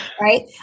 right